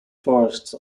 forests